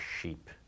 sheep